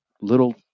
little